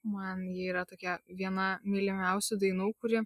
man ji yra tokia viena mylimiausių dainų kuri